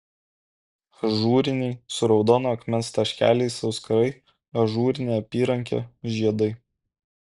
ažūriniai su raudono akmens taškeliais auskarai ažūrinė apyrankė žiedai